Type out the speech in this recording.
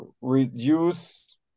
reduce